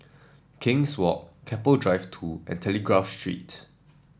King's Walk Keppel Drive Two and Telegraph Street